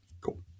Cool